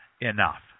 enough